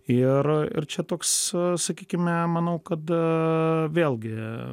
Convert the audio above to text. irir čia toks sakykime manau kad vėlgi